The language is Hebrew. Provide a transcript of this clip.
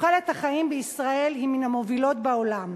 תוחלת החיים בישראל היא מן המובילות בעולם.